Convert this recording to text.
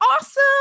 awesome